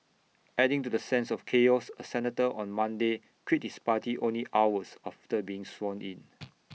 adding to the sense of chaos A senator on Monday quit his party only hours after being sworn in